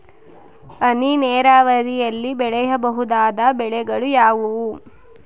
ಹನಿ ನೇರಾವರಿಯಲ್ಲಿ ಬೆಳೆಯಬಹುದಾದ ಬೆಳೆಗಳು ಯಾವುವು?